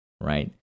right